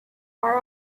part